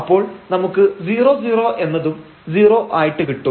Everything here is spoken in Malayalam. അപ്പോൾ നമുക്ക് 00 എന്നതും 0 ആയിട്ട് കിട്ടും